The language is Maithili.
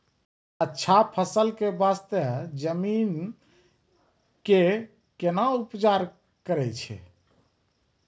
अच्छा फसल बास्ते जमीन कऽ कै ना उपचार करैय छै